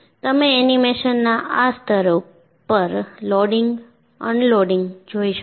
તમે એનિમેશનના આ સ્તર પર લોડિંગ અનલોડિંગ જોઈ શકો છો